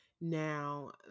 Now